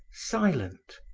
silent,